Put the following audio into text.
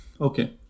okay